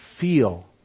feel